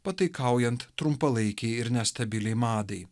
pataikaujant trumpalaikei ir nestabiliai madai